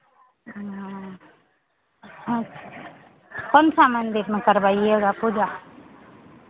हाँ अच्छा कौन सा मंदिर में करवाइएगा पूजा